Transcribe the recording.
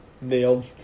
nailed